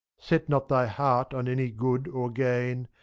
set not thy heart on any good or gain.